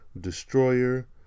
Destroyer